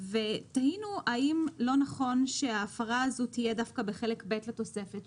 תהינו האם לא נכון שההפרה הזאת תהיה דווקא בחלק ב' לתוספת,